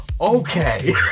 okay